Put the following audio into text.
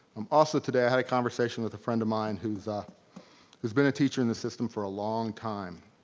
um also today, i had a conversation with a friend of mine who's ah who's been a teacher in the system for a long time.